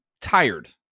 tired